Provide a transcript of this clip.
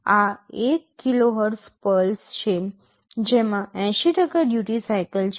આ 1 KHz pulse છે જેમાં 80 ડ્યુટી સાઇકલ છે